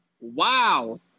Wow